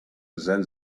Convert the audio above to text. than